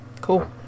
Cool